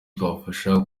tubafasha